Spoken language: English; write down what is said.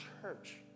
church